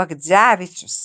bagdzevičius